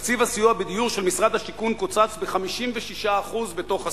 תקציב הסיוע בדיור של משרד השיכון קוצץ ב-56% בתוך עשור,